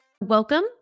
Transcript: Welcome